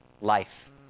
life